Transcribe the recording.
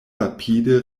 rapide